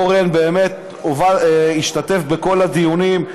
אורן באמת השתתף בכל הדיונים.